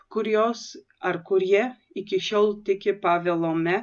kurios ar kurie iki šiol tiki pavelo me